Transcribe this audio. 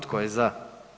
Tko je za?